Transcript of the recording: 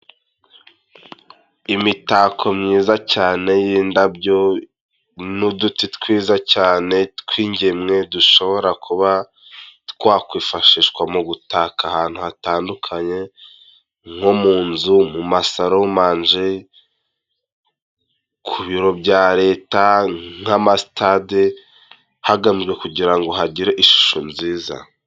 Imitako myiza cyane y'indabyo n'uduti twiza cyane tw'ingemwe dushobora kuba twakwifashishwa mu gutaka ahantu hatandukanye nko mu nzu, mu masaramanje, ku biro bya Leta nk'amasitade hagamijwe kugira ngo hagire ishusho nziza.